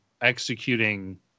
executing